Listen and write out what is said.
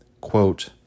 quote